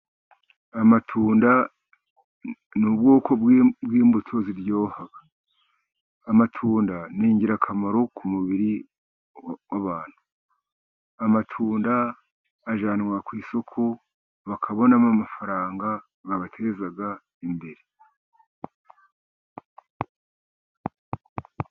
Amatunda ni ubwoko bw'imbuto amatunda ni ingirakamaro ku mubiri w'abantu. Amatunda ajyanwa ku isoko , bakabonamo amafaranga abateza imbere.